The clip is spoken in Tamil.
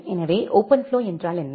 எனவே ஓபன்ஃப்ளோ என்றால் என்ன